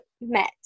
met